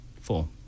four